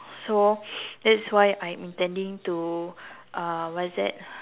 so that's why I'm intending to uh what's that